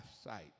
sight